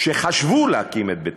שחשבו להקים את ביתם: